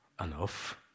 enough